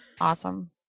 awesome